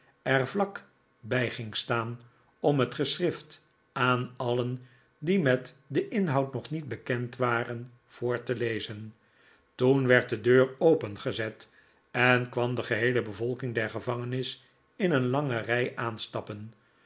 er vlak bij ging staan om het geschrift aan alien die met den inhoud nog niet bekend waren voor te lezen toen werd de deur opengezet en kwam de heele bevolking der gevangenis in een lange rij aanstappen